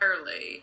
entirely